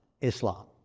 Islam